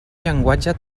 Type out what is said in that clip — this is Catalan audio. llenguatge